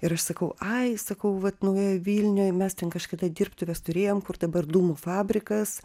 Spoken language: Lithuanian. ir aš sakau ai sakau vat naujojoj vilnioj mes ten kažkada dirbtuves turėjom kur dabar dūmų fabrikas